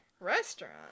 restaurant